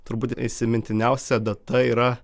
turbūt įsimintiniausia data yra